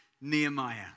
Nehemiah